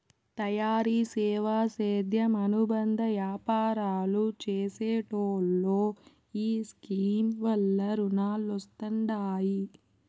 తయారీ, సేవా, సేద్యం అనుబంద యాపారాలు చేసెటోల్లో ఈ స్కీమ్ వల్ల రునాలొస్తండాయి